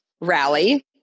rally